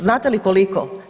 Znate li koliko?